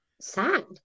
sad